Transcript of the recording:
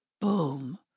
boom